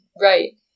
right